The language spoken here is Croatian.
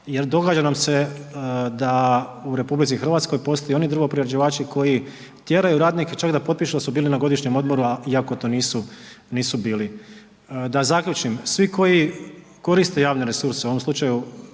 jer događa nam se da u RH postoje oni drvo-prerađivači koji tjeraju radnike čak da potpišu da su bili na godišnjem odmoru a iako to nisu bili. Da zaključim, svi koji koriste javne resurse, u ovom slučaju